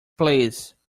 please